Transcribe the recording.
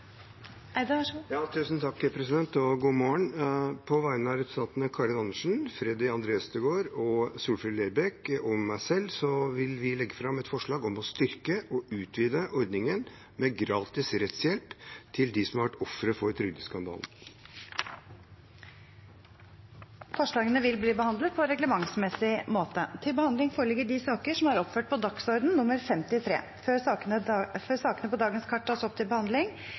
Eide vil fremsette et representantforslag. Tusen takk, og god morgen! På vegne av representantene Karin Andersen, Freddy André Øvstegård, Solfrid Lerbrekk og meg selv vil jeg legge fram et forslag om å styrke og utvide ordningen med gratis rettshjelp til dem som har vært ofre for trygdeskandalen. Forslagene vil bli behandlet på reglementsmessig måte. Før sakene på dagens kart tas opp til behandling,